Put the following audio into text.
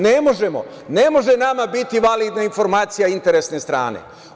Ne može nama biti validna informacija interesne strane.